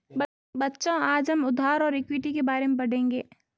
बच्चों आज हम उधार और इक्विटी के बारे में पढ़ेंगे